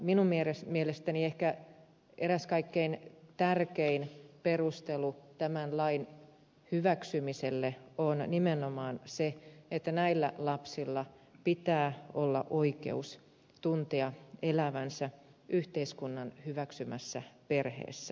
minun mielestäni ehkä eräs kaikkein tärkein perustelu tämän lain hyväksymiselle on nimenomaan se että näillä lapsilla pitää olla oikeus tuntea elävänsä yhteiskunnan hyväksymässä perheessä